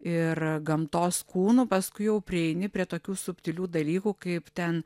ir gamtos kūnų paskui jau prieini prie tokių subtilių dalykų kaip ten